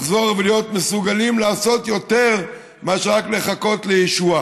לחזור ולהיות מסוגלים לעשות יותר מאשר רק לחכות לישועה.